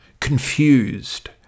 confused